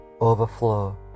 overflow